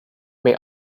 may